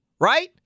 right